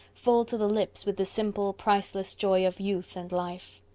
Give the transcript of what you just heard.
full to the lips with the simple, priceless joy of youth and life.